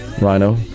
Rhino